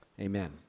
Amen